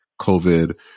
COVID